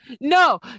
no